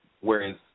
whereas